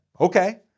Okay